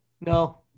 No